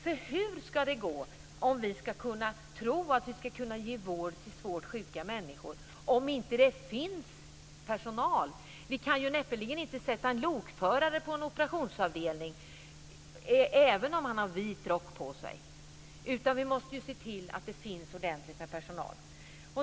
För hur ska det gå om vi ska kunna tro att vi kan ge vård till svårt sjuka människor, om det inte finns personal? Vi kan ju näppeligen sätta en lokförare på en operationsavdelning även om han har vit rock på sig. Vi måste ju se till att det finns ordentligt med personal.